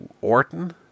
Orton